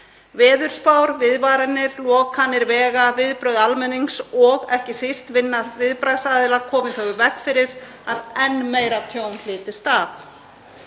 Veðurspár, viðvaranir, lokanir vega, viðbrögð almennings og ekki síst vinna viðbragðsaðila komu þó í veg fyrir að enn meira tjón hlytist af.